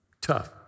tough